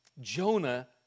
Jonah